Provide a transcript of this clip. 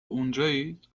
اونجایید